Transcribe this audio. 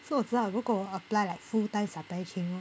so 我知道如果我 apply like full time supply chain